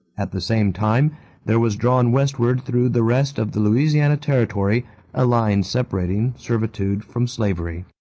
at the same time there was drawn westward through the rest of the louisiana territory a line separating servitude from slavery.